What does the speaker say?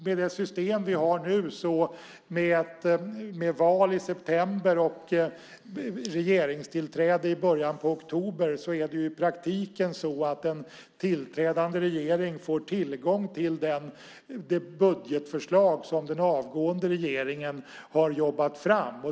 Med det system som vi har nu med val i september och regeringstillträde i början av oktober är det i praktiken så att den tillträdande regeringen får tillgång till det budgetförslag som den avgående regeringen har jobbat fram.